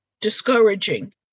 discouraging